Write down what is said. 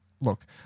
look